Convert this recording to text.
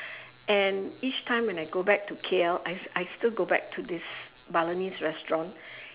and each time when I go back to K_L I I still go back to this Balinese restaurant